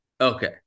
Okay